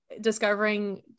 discovering